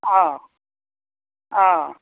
অঁ অঁ